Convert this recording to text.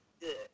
good